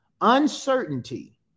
uncertainty